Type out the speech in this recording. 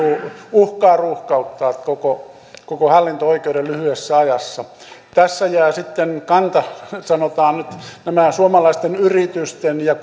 uhkaa ruuhkauttaa koko koko hallinto oikeuden lyhyessä ajassa tässä jäävät sitten sanotaan nyt nämä suomalaisten yritysten ja